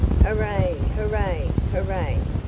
hooray, hooray, hooray!